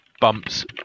bumps